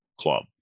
club